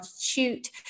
shoot